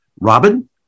Robin